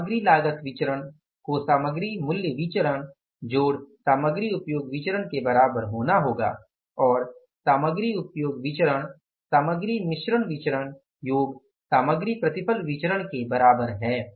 सामग्री लागत विचरण को सामग्री मूल्य विचरण सामग्री उपयोग विचरण के बराबर होना होगा और सामग्री उपयोग विचरण सामग्री मिश्रण विचरण योग सामग्री प्रतिफल विचरण के बराबर है